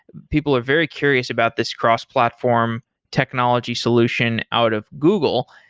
people are very curious about this cross-platform technology solution out of google.